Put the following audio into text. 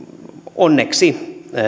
onneksi